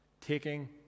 Taking